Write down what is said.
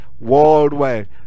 worldwide